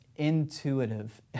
intuitive